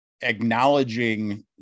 acknowledging